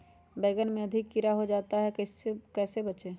बैंगन में अधिक कीड़ा हो जाता हैं इससे कैसे बचे?